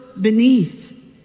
beneath